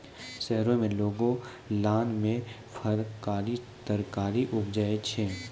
शहरो में लोगों लान मे फरकारी तरकारी उपजाबै छै